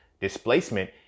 displacement